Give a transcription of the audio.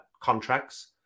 contracts